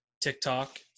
tiktok